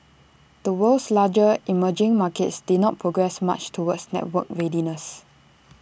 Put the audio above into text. the world's larger emerging markets did not progress much towards networked readiness